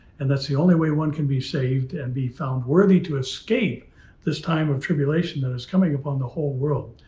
and that's the only way one can be saved and be found worthy to escape this time of tribulation that is coming upon the whole world.